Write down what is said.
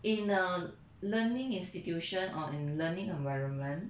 in a learning institution or in a learning environment